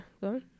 go